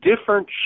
different